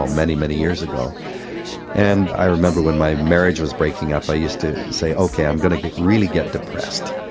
um many, many years ago and i remember when my marriage was breaking up i used to say okay, i'm going to really get depressed.